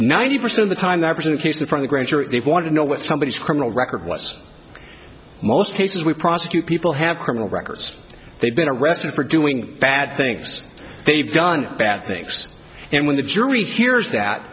ninety percent of the time that person keeps it from the grand jury they want to know what somebody is criminal record what's most cases we prosecute people have criminal records they've been arrested for doing bad things they've done bad things and when the jury